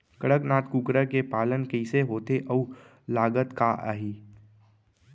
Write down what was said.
कड़कनाथ कुकरा के पालन कइसे होथे अऊ लागत का आही?